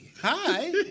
hi